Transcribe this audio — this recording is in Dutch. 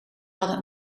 hadden